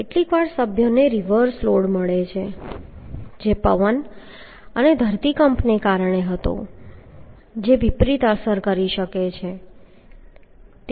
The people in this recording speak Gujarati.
કેટલીકવાર સભ્યને રિવર્સ લોડ મળે છે જે પવન અને ધરતીકંપને કારણે હતો જે વિપરીત અસર કરી શકે છે